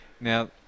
Now